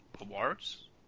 awards